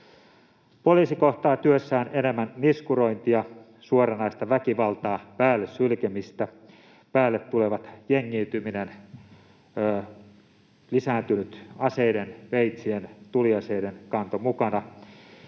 Poliisi kohtaa työssään enemmän niskurointia, suoranaista väkivaltaa ja päälle sylkemistä. Päälle tulevat jengiytyminen, lisääntynyt aseiden, veitsien ja tuliaseiden kanto mukana